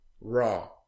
raw